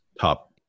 top